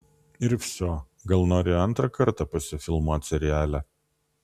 ir vsio gal nori antrą kartą pasifilmuot seriale